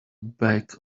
back